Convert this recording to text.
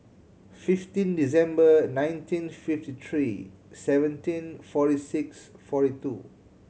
fifteen December nineteen fifty three seventeen forty six forty two